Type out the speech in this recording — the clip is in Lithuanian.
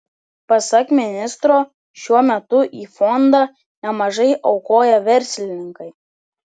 pasak ministro šiuo metu į fondą nemažai aukoja verslininkai